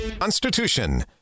Constitution